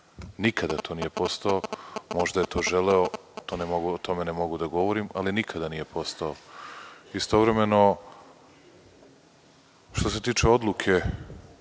nikada to nije postao. Možda je to želeo, o tome ne mogu da govorim, ali nikada nije postao. Istovremeno, što se tiče odluke